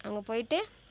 அங்கே போய்விட்டு